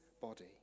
body